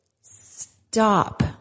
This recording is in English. stop